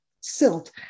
Silt